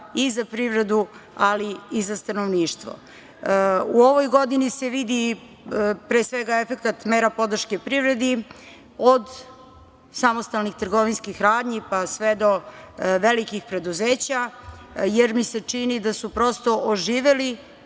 i za privredu, ali i za stanovništvo.U ovoj godini se vidi pre svega efekat mera podrške privredi, od samostalnih trgovinskih radnji, pa sve do velikih preduzeća, jer mi se čini da su prosto oživeli,